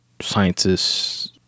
scientists